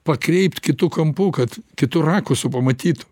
pakreipt kitu kampu kad kitu rakusu pamatyt